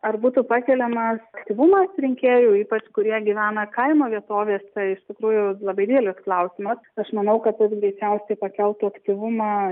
ar būtų pakeliamas aktyvumas rinkėjų ypač kurie gyvena kaimo vietovėse tai iš tikrųjų labai didelis klausimas aš manau kad tas greičiausiai pakeltų aktyvumą